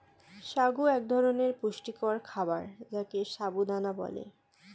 সাগু এক ধরনের পুষ্টিকর খাবার যাকে সাবু দানা বলে